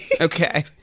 Okay